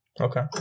Okay